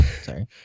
Sorry